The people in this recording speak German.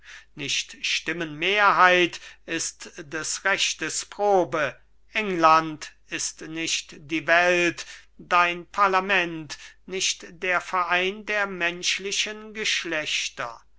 nicht stimmenmehrheit ist des rechtes probe england ist nicht die welt dein parlament nicht der verein der menschlichen geschlechter